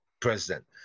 president